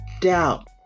doubt